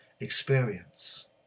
experience